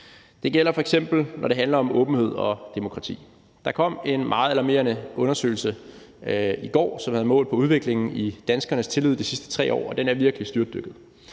Det gælder f.eks., når det handler om åbenhed og demokrati. Der kom en meget alarmerende undersøgelse i går, som havde målt på udviklingen i danskernes tillid de sidste 3 år, og den er virkelig styrtdykket.